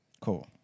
Cool